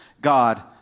God